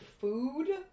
food